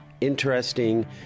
interesting